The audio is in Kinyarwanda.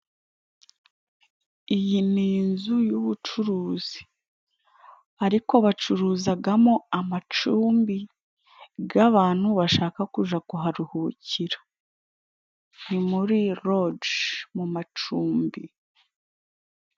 Iyi ni inzu y'ubucuruzi. Ariko bacururizamo amacumbi y'abantu bashaka kujya kuharuhukira. Ni muri rojo, mu macumbi.